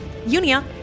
Unia